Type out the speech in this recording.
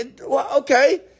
okay